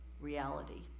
reality